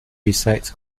resides